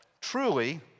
truly